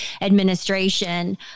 administration